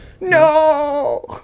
No